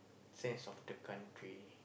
sense of the country